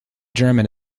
german